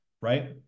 right